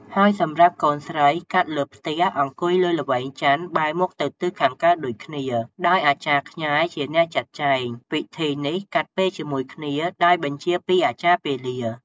ហើយសម្រាប់ កូនស្រីកាត់លើផ្ទះ អង្គុយនៅល្វែងចន្ទ បែរមុខទៅទិសខាងកើតដូចគ្នា ដោយអាចារ្យខ្ញែជាអ្នកចាត់ចែង ពិធីនេះកាត់ពេលជាមួយគ្នា ដោយបញ្ជាពីអាចារ្យពេលា ។